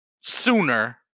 sooner